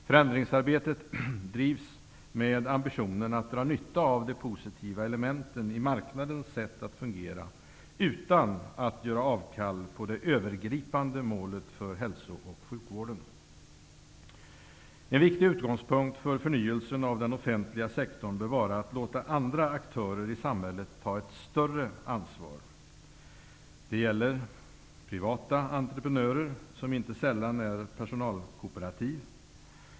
Förändringsarbetet drivs med ambitionen att man skall dra nytta av de positiva elementen i marknadens sätt att fungera utan att göra avkall på det övergripande målet för hälso och sjukvården. En viktig utgångspunkt för förnyelsen av den offentliga sektorn bör vara att låta andra aktörer i samhället ta ett större ansvar. Det gäller privata entreprenörer som inte sällan är personalkooperativ.